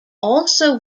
also